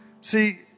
See